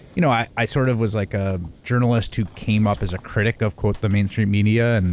you know, i i sort of was like a journalist who came up as a critic of quote, the mainstream media. and